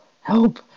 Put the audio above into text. Help